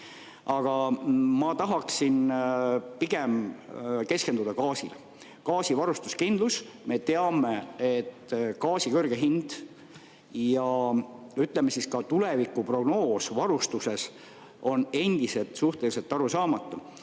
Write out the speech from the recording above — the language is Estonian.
ära. Aga ma tahaksin pigem keskenduda gaasile, gaasivarustuskindlusele. Me teame, et gaasi kõrge hind ja, ütleme siis, ka tulevikuprognoos varustuses on endiselt suhteliselt arusaamatu.